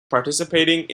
participating